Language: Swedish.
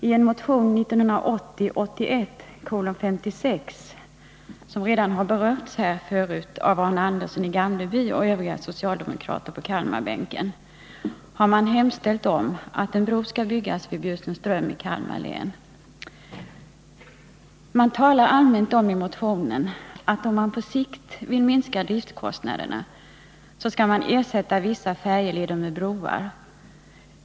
I motion 1980/81:56 av Arne Andersson i Gamleby och övriga socialdemokrater på Kalmarbänken har man hemställt att en bro skall byggas vid Bjursundsström i Kalmar län. I motionen talas det allmänt om att om man på sikt vill minska driftkostnaderna skall man ersätta vissa färjeleder med broar.